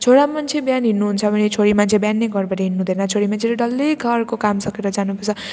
छोरा मान्छे बिहान हिँड्नु हुन्छ भने छोरी मान्छे बिहानै घरबाट हिँड्नु हुँदैन छोरी मान्छेले डल्लै घरको काम सकेर जानुपर्छ